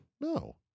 No